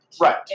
Right